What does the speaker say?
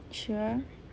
sure